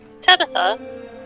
Tabitha